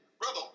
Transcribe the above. brother